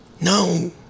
No